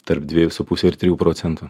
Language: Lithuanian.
tarp dviejų su puse ir trijų procentų